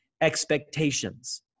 expectations